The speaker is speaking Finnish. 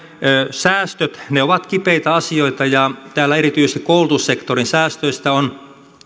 säästöt ovat kipeitä asioita ja täällä erityisesti koulutussektorin säästöistä on